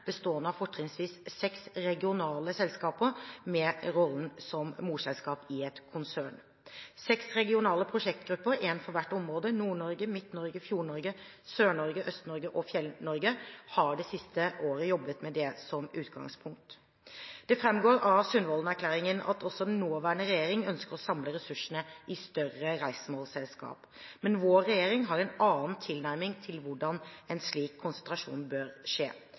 bestående av fortrinnsvis seks regionale selskaper med rollen som morselskap i et konsern. Seks regionale prosjektgrupper, en for hvert område – Nord-Norge, Midt-Norge, Fjord-Norge, Sør-Norge, Øst-Norge og Fjell-Norge – har det siste året jobbet med det som utgangspunkt. Det framgår av Sundvolden-erklæringen at også den nåværende regjeringen ønsker å samle ressursene i større reisemålsselskaper. Men vår regjering har en annen tilnærming til hvordan en slik konsentrasjon bør skje.